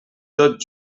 tot